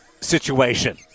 situation